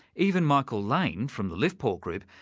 even michael laine from the liftport group,